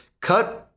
cut